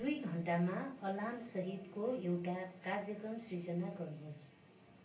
दुई घन्टामा अलार्मसहितको एउटा कार्ज्यक्रम सिर्जना गर्नुहोस्